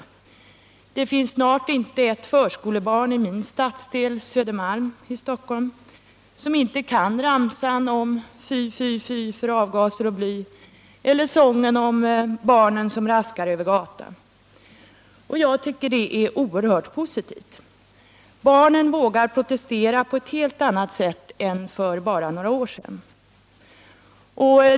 Snart finns det inte ett förskolebarn i min stadsdel, Södermalm i Stockholm, som inte kan ramsan ”Fy, fy, fy för avgaser och bly” eller sången om barnen som raskar över gatan, och jag tycker att det är oerhört positivt. Barnen vågar protestera på ett helt annat sätt än för bara några år sedan.